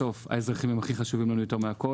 בסוף האזרחים הם הכי חשובים לנו, יותר מהכול.